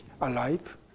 alive